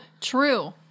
true